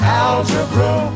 algebra